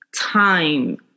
time